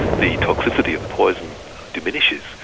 the toxicity of the poison diminishes,